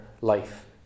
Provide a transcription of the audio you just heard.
life